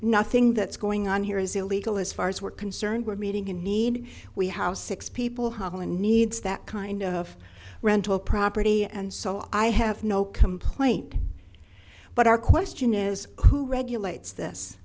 nothing that's going on here is illegal as far as we're concerned we're meeting in need we house six people holla needs that kind of rental property and so i have no complaint but our question is who regulates this